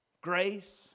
grace